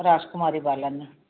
Rajkumari Balani